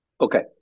Okay